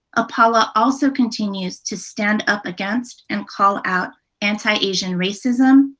apala also continues to stand up against and call out anti-asian racism,